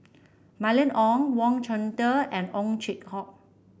Mylene Ong Wang Chunde and Ow Chin Hock